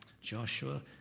Joshua